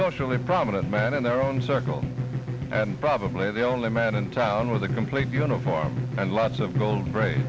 socially prominent man in their own circle and probably the only man in town with a complete uniform and lots of gold